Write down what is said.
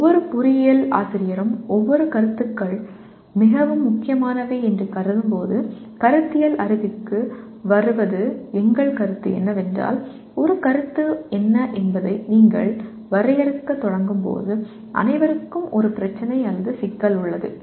ஒவ்வொரு பொறியியல் ஆசிரியரும் ஒவ்வொரு கருத்துக்கள் மிகவும் முக்கியமானவை என்று கருதும் போது கருத்தியல் அறிவுக்கு வருவது எங்கள் கருத்து என்னவென்றால் ஒரு கருத்து என்ன என்பதை நீங்கள் வரையறுக்கத் தொடங்கும் போது அனைவருக்கும் ஒரு பிரச்சினை அல்லது சிக்கல் உள்ளது